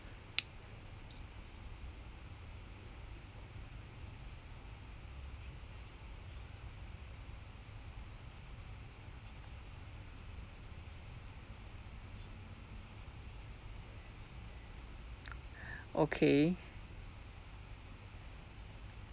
okay